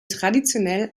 traditionell